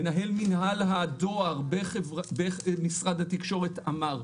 מנהל מינהל הדואר במשרד התקשורת אמר: